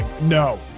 No